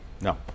no